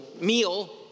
meal